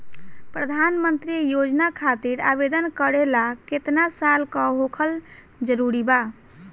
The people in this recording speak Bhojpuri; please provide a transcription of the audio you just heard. प्रधानमंत्री योजना खातिर आवेदन करे ला केतना साल क होखल जरूरी बा?